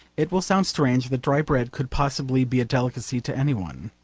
it will sound strange that dry bread could possibly be a delicacy to any one.